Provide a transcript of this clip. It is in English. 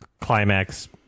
climax